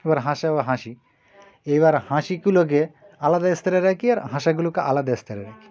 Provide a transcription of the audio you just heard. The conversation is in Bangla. এবার হাঁসা ও হাঁসি এবার হাঁসিগুলোকে আলাদা স্তরে রাখি আর হাঁসাগুলোকে আলাদা স্তরে রাখি